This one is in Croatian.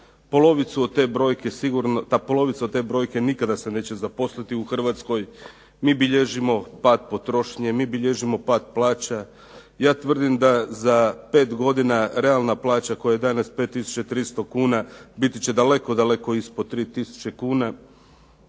polovica od te brojke nikada se neće zaposliti u Hrvatskoj. Mi bilježimo pad potrošnje, mi bilježimo pad plaća. Ja tvrdim da za pet godina realna plaća koja je danas 5300 kuna biti će daleko, daleko ispod 3000 kuna.